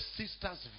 sisters